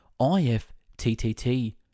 IFTTT